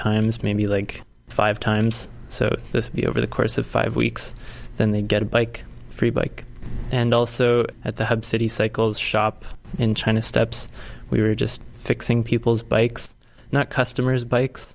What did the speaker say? times maybe like five times so this over the course of five weeks then they get a bike free bike and also at the head thirty cycles shop in china steps we were just fixing people's bikes not customers bikes